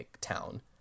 town